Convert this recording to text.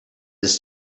this